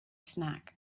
snack